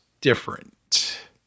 different